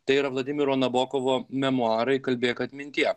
tai yra vladimiro nabokovo memuarai kalbėk atmintie